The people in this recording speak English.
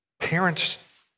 parents